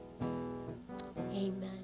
Amen